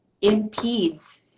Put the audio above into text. impedes